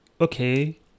okay